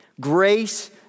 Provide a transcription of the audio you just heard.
Grace